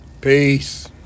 Peace